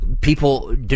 people